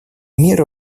меры